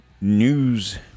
news